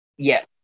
Yes